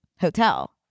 Hotel